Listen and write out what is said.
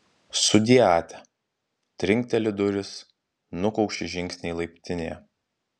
sudie atia trinkteli durys nukaukši žingsniai laiptinėje